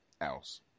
else